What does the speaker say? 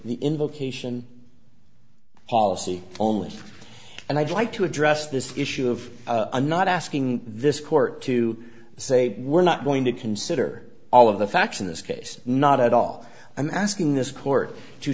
the invocation policy only and i'd like to address this issue of i'm not asking this court to say we're not going to consider all of the facts in this case not at all i'm asking this court to